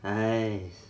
!hais!